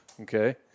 okay